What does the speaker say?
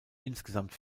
insgesamt